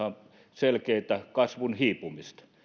selkeää kasvun hiipumista